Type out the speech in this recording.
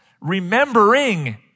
Remembering